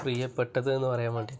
പ്രിയ്യപ്പെട്ടതെന്ന് പറയാൻ വേണ്ടിയിട്ട്